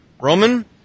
Roman